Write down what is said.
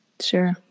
Sure